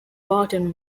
barton